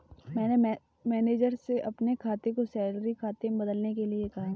मैंने मैनेजर से अपने खाता को सैलरी खाता में बदलने के लिए कहा